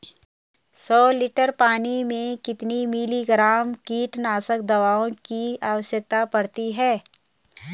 सौ लीटर पानी में कितने मिलीग्राम कीटनाशक दवाओं की आवश्यकता पड़ती है?